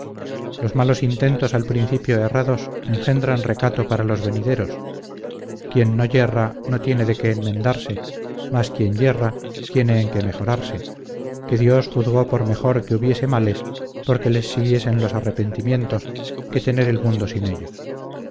los malos intentos al principio errados engendran recato para los venideros quien no yerra no tiene de qué enmendarse mas quien yerra tiene en qué mejorarse que dios juzgó por mejor que hubiese males porque les siguiesen los arrepentimientos que tener el mundo sin ellos